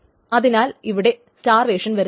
അതിനാൽ ഇവിടെ സ്റ്റാർവേഷൻ വരുന്നില്ല